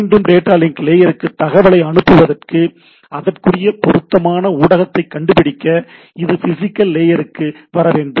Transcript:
மீண்டும் data link லேயருக்கு தகவலை அனுப்ப வருவதற்கு அதற்குரிய பொருத்தமான ஊடகத்தை கண்டுபிடிக்க இது பிசிகல் லேயருக்கு வரவேண்டும்